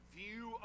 view